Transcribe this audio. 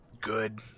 good